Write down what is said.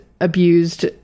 abused